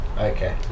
Okay